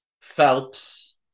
Phelps